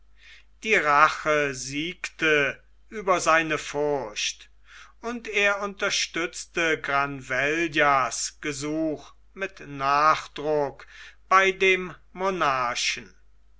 die rache siegte über seine furcht und er unterstützte granvellas gesuch mit nachdruck bei dem monarchen